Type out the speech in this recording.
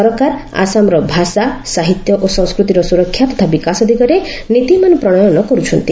ସରକାର ଆସାମର ଭାଷା ସାହିତ୍ୟ ଓ ସଂସ୍କୃତିର ସୁରକ୍ଷା ତଥା ବିକାଶ ଦିଗରେ ନୀତିମାନ ପ୍ରଣୟନ କରୁଛନ୍ତି